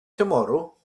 tomorrow